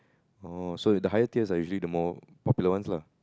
oh so the higher tiers are usually the more popular ones lah